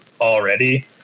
already